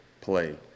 play